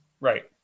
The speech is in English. Right